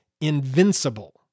invincible